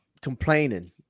complaining